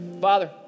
Father